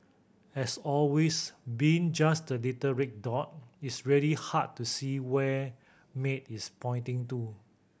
as always being just the little red dot it's really hard to see where Maid is pointing to